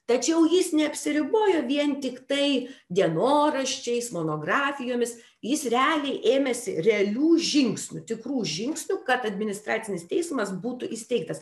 tačiau jis neapsiribojo vien tiktai dienoraščiais monografijomis jis realiai ėmėsi realių žingsnių tikrų žingsnių kad administracinis teismas būtų įsteigtas